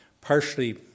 partially